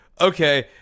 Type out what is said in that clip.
Okay